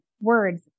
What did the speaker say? words